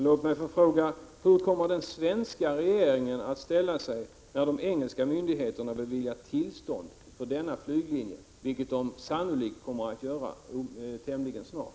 Låt mig fråga: Hur kommer den svenska regeringen att ställa sig när de engelska myndigheterna har beviljat tillstånd för denna flyglinje, vilket de sannolikt kommer att göra tämligen snart?